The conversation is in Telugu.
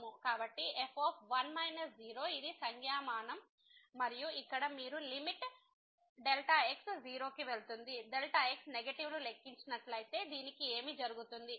కాబట్టి f ఇది సంజ్ఞామానం మరియు ఇక్కడ మీరు లిమిట్ x→0 x నెగటివ్ను లెక్కించినట్లయితే దీనికి ఏమి జరుగుతుంది